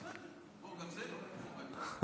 בסדר, גם זה לא, טוב.